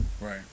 Right